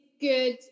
good